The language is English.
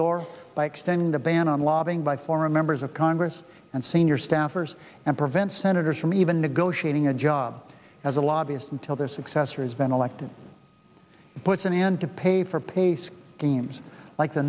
door by extending the ban on lobbying by former members of congress and senior staffers and prevents senators from even negotiating a job as a lobbyist until the successor has been elected puts an end to pay for pace games like the